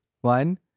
one